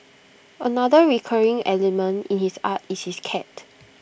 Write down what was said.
another recurring element in his art is his cat